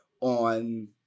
on